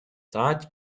зааж